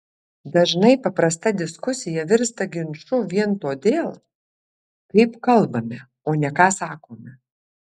dažnai paprasta diskusija virsta ginču vien todėl kaip kalbame o ne ką sakome